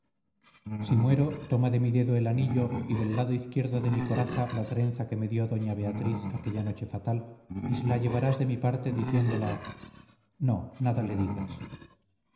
si muero toma de mi dedo él anillo y del lado izquierdo de mi coraza la trenza que me dio doña beatriz aquella noche fatal y se la llevarás de mi parte diciéndola no nada le digas